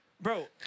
Bro